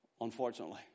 Unfortunately